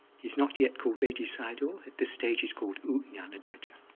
he's not yet called ledi sayadaw. at this stage he's called u nanadhaja,